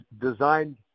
designed